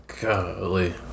Golly